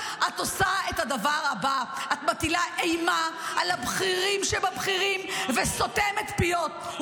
את עושה את הדבר הבא: את מטילה אימה על הבכירים שבבכירים וסותמת פיות.